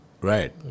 right